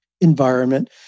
environment